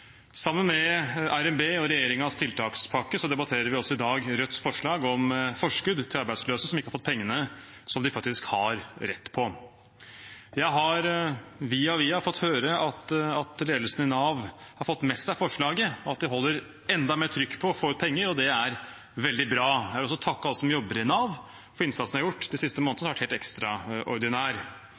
Sammen med RNB og regjeringens tiltakspakke debatterer vi i dag også Rødts forslag om forskudd til arbeidsløse som ikke har fått pengene som de faktisk har rett på. Jeg har via via fått høre at ledelsen i Nav har fått med seg forslaget, og at de holder enda mer trykk på å få ut penger, og det er veldig bra. Jeg vil også takke alle som jobber i Nav for innsatsen de har gjort de siste månedene, som har vært helt